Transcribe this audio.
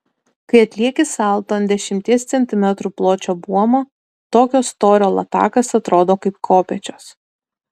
kai atlieki salto ant dešimties centimetrų pločio buomo tokio storio latakas atrodo kaip kopėčios